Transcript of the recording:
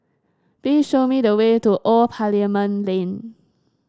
please show me the way to Old Parliament Lane